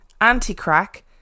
anti-crack